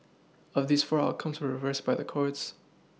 of these four outcomes were reversed by the courts